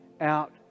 out